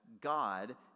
God